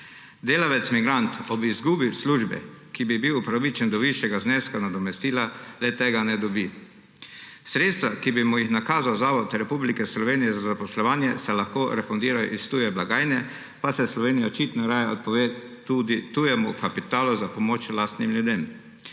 Delavec migrant ob izgubi službe, ki bi bil upravičen do višjega zneska nadomestila, zdaj tega ne dobi. Sredstva, ki bi mu jih nakazal Zavod Republike Slovenije za zaposlovanje, se lahko refundirajo iz tuje blagajne, pa se Slovenija očitno raje odpove tudi tujemu kapitalu za pomoč lastnim ljudem.